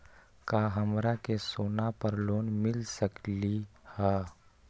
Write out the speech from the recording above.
का हमरा के सोना पर लोन मिल सकलई ह?